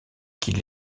qu’il